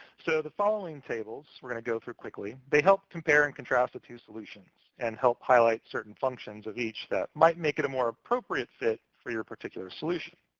so the following tables we're going to go through quickly. they help compare and contrast the two solutions and help highlight certain functions of each that might make it a more appropriate fit for your particular solution.